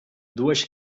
duas